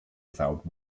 without